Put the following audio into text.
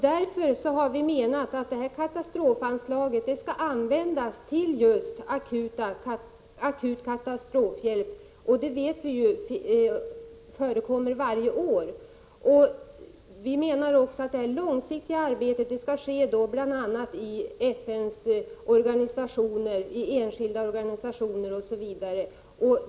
Därför menar vi att katastrofanslaget bör användas för just akut katastrofhjälp. Vi vet ju också att akuthjälp kommer i fråga varje år. Enligt vår åsikt skall det långsiktiga arbetet ske i FN:s organisationer, i enskilda organisationer, osv.